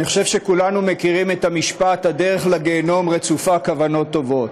אני חושב שכולנו מכירים את המשפט: הדרך לגיהינום רצופה כוונות טובות.